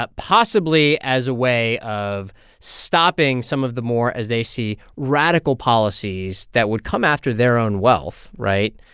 but possibly as a way of stopping some of the more, as they see, radical policies that would come after their own wealth, right?